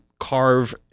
carve